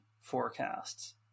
forecasts